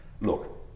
look